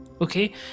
okay